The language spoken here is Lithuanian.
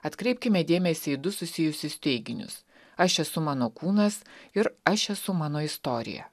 atkreipkime dėmesį į du susijusius teiginius aš esu mano kūnas ir aš esu mano istorija